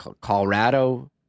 Colorado